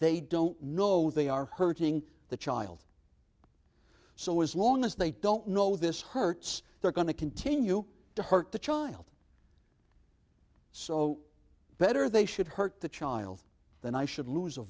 they don't know they are hurting the child so as long as they don't know this hurts they're going to continue to hurt the child so better they should hurt the child than i should lose a